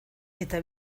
eta